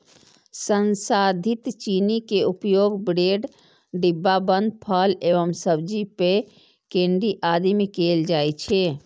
संसाधित चीनी के उपयोग ब्रेड, डिब्बाबंद फल एवं सब्जी, पेय, केंडी आदि मे कैल जाइ छै